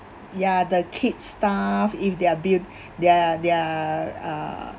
ya the kids stuff if their bill their their err